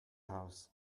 house